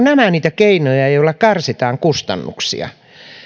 nämä ovat niitä keinoja joilla karsitaan kustannuksia